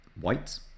white